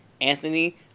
Anthony